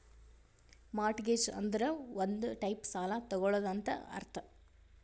mortgage ಅಂದುರ್ ಒಂದ್ type ಸಾಲ ತಗೊಳದಂತ್ ಅರ್ಥ